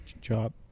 job